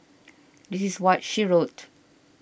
this is what she wrote